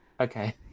okay